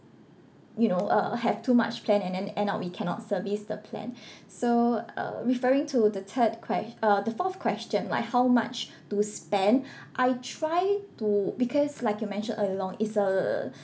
you know uh have too much plan and then end up we cannot service the plan so uh referring to the third ques~ uh the fourth question like how much to spend I try to because like I mention earlier on it's a